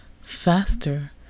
faster